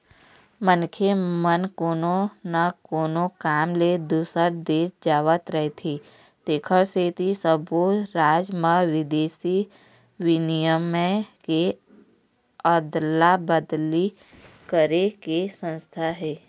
मनखे मन कोनो न कोनो काम ले दूसर देश जावत रहिथे तेखर सेती सब्बो राज म बिदेशी बिनिमय के अदला अदली करे के संस्था हे